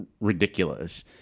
ridiculous